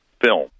film